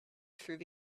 through